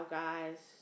guys